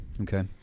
Okay